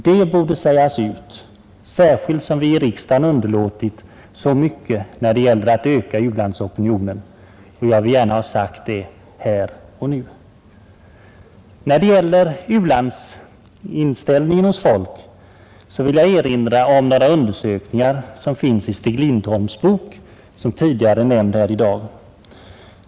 Det borde sägas ut, särskilt som vi i riksdagen underlåtit så mycket när det gäller att öka u-landsopinionen, och jag vill gärna ha det sagt här och nu. När det gäller u-landsinställningen hos folk vill jag erinra om några undersökningar i Stig Lindholms bok, som tidigare nämnts i dag.